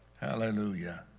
Hallelujah